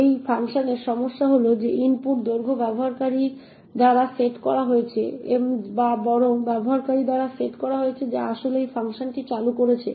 এই ফাংশনের সমস্যা হল যে ইনপুট দৈর্ঘ্য ব্যবহারকারীর দ্বারা সেট করা হয়েছে বা বরং ব্যবহারকারী দ্বারা সেট করা হয়েছে যে আসলে এই ফাংশনটি চালু করছে